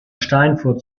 steinfurt